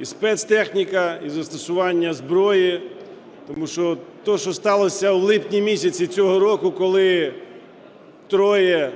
(і спецтехніка, і застосування зброї). Тому що те, що сталося у липні місяці цього року, коли троє